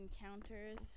encounters